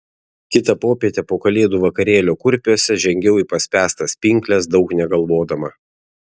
kitą popietę po kalėdų vakarėlio kurpiuose žengiau į paspęstas pinkles daug negalvodama